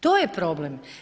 To je problem.